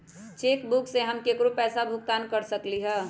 cheque book से हम केकरो पैसा भुगतान कर सकली ह